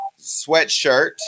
sweatshirt